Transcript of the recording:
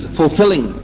fulfilling